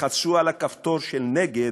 על הכפתור של "נגד",